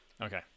Okay